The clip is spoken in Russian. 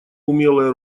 умелое